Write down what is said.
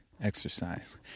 exercise